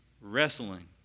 wrestling